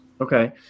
Okay